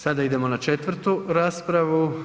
Sada idemo na 4. raspravu.